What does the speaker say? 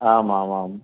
आम् आम् आम्